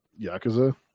Yakuza